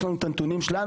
יש לנו את הנתונים שלנו,